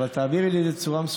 אבל תעבירי לי את זה בצורה מסודרת,